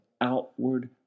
outward